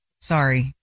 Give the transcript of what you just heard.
sorry